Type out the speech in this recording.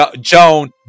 Joan